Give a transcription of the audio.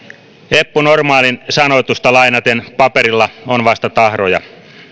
eppu normaalin sanoitusta lainaten paperilla on vasta tahroja